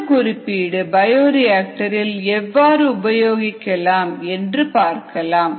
இந்த குறிப்பீடு பயோரியாக்டரில் எவ்வாறு உபயோகிக்கலாம் என்று பார்க்கலாம்